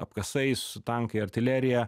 apkasais su tankai artilerija